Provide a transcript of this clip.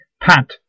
Pat